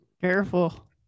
Careful